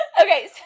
Okay